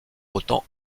autant